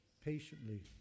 patiently